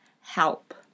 Help